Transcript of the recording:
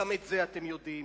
גם את זה אתם יודעים,